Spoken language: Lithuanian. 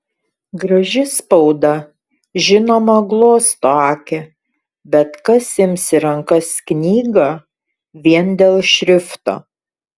graži spauda žinoma glosto akį bet kas ims į rankas knygą vien dėl šrifto